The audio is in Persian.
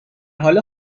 حال